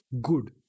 good